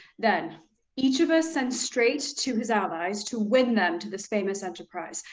then each of us send straight to his allies, to win them to this famous enterprise,